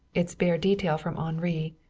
its bare detail from henri,